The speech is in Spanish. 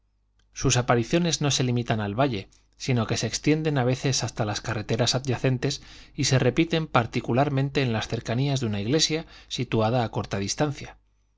sus apariciones no se limitan al valle sino que se extienden a veces hasta las carreteras adyacentes y se repiten particularmente en las cercanías de una iglesia situada a corta distancia